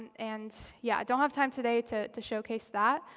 and yeah, i don't have time today to to showcase that,